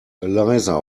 eliza